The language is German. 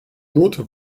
note